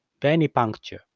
venipuncture